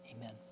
amen